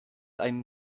einen